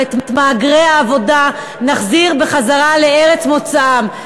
אבל את מהגרי העבודה נחזיר לארצות מוצאם.